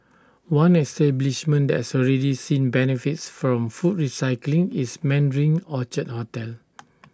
one establishment that has already seen benefits from food recycling is Mandarin Orchard hotel